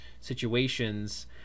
situations